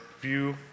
view